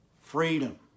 freedom